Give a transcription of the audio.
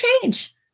change